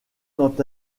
quant